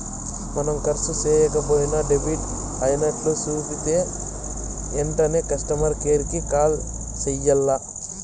మనం కర్సు సేయక పోయినా డెబిట్ అయినట్లు సూపితే ఎంటనే కస్టమర్ కేర్ కి కాల్ సెయ్యాల్ల